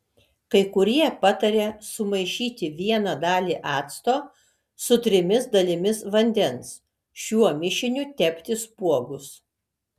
kai kurie pataria sumaišyti vieną dalį acto su trimis dalimis vandens šiuo mišiniu tepti spuogus